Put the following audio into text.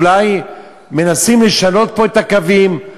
אולי מנסים לשנות פה את הקווים,